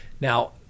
Now